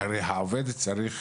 העובד צריך.